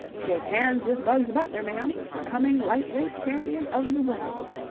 shake hands with bugs butler, ma'am, the coming lightweight champion of the world.